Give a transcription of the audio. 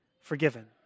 forgiven